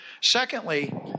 Secondly